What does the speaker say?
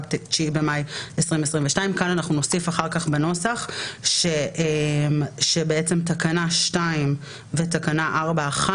(9 במאי 2022)". כאן נוסיף אחר כך בנוסח שתקנה 2 ו תקנה 4(1)